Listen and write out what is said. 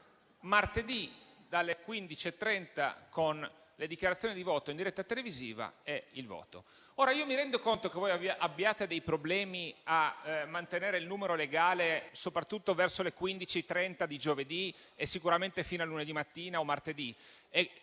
martedì dalle 15,30 con le dichiarazioni di voto in diretta televisiva e il voto. Mi rendo conto che voi abbiate dei problemi a mantenere il numero legale, soprattutto verso le 15,30 di giovedì e sicuramente fino a lunedì mattina o martedì